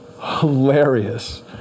hilarious